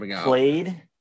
played